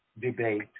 debate